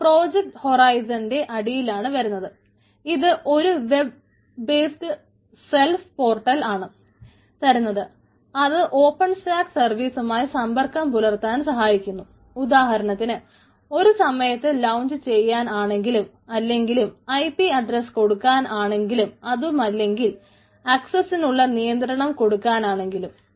അത് പ്രോജക്ട് ഹൊറൈസന്റെ നിയന്ത്രണം കൊടുക്കാൻ ആണെങ്കിലും